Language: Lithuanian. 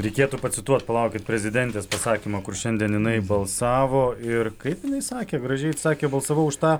reikėtų pacituot palaukit prezidentės pasakymą kur šiandien jinai balsavo ir kaip jinai sakė gražiai sakė balsavau už tą